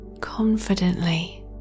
confidently